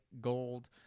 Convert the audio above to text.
gold